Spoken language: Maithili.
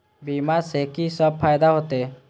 बीमा से की सब फायदा होते?